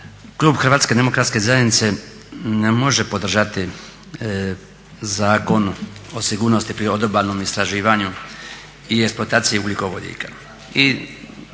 Klub Hrvatske demokratske zajednice ne može podržati Zakon o sigurnosti pri odobalnom istraživanju i eksploataciji ugljikovodika